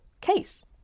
case